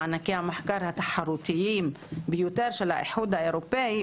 מענקי המחקר התחרותיים ביותר של האיחוד האירופי,